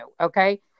Okay